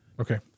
Okay